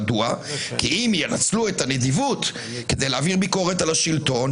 כי אם ינצלו את הנדיבות כדי להעביר ביקורת על השלטון